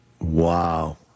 Wow